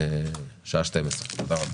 הישיבה ננעלה בשעה 11:50.